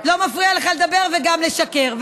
לא מפריע לך לדבר וגם לשקר.